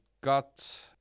got